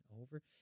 over